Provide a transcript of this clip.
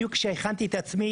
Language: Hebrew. בדיוק כשהכנתי את עצמי